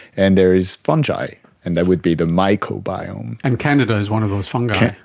and there is fungi and that would be the mycobiome. and candida is one of those fungi.